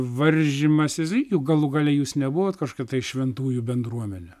varžymasis juk galų gale jūs nebuvot kažkada šventųjų bendruomenė